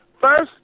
first